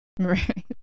Right